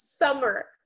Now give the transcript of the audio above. summer